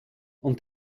und